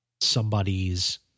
somebody's